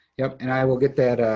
yup. and i will get that,